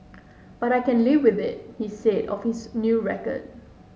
but I can live with it he said of his new record